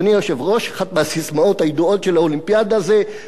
אחת מהססמאות הידועות של האולימפיאדה היא: מהר יותר,